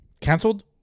canceled